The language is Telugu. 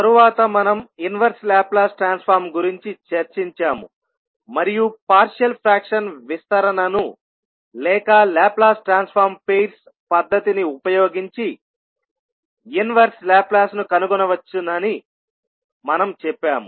తరువాత మనం ఇన్వెర్స్ లాప్లాస్ ట్రాన్స్ఫార్మ్ గురించి చర్చించాము మరియు పార్షియల్ ఫ్రాక్షన్ విస్తరణను లేక లాప్లాస్ ట్రాన్స్ఫార్మ్ పెయర్స్ పద్ధతిని ఉపయోగించి ఇన్వెర్స్ లాప్లాస్ ను కనుగొనవచ్చని మేము చెప్పాము